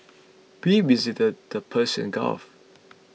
we visited the Persian Gulf